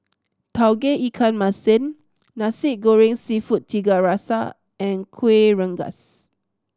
Tauge Ikan Masin Nasi Goreng Seafood Tiga Rasa and Kueh Rengas